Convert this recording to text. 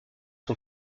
son